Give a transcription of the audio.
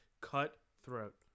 cutthroat